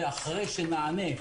ואחרי שנענה,